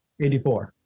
84